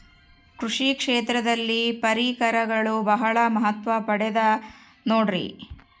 ಕೃಷಿ ಕ್ಷೇತ್ರದಲ್ಲಿ ಪರಿಕರಗಳು ಬಹಳ ಮಹತ್ವ ಪಡೆದ ನೋಡ್ರಿ?